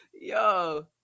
Yo